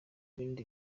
ibindi